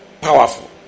powerful